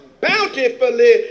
bountifully